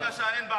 בבקשה, אין בעיה.